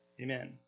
Amen